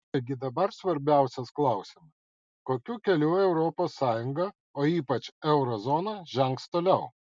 taigi dabar svarbiausias klausimas kokiu keliu europos sąjunga o ypač euro zona žengs toliau